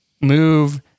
move